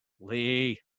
Lee